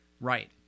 Right